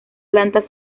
planta